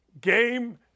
game